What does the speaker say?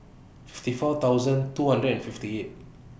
fifty four thousand two hundred and fifty eight